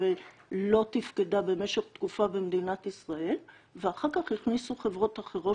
ולא תפקדה במשך תקופה במדינת ישראל ואחר כך הכניסו חברות אחרות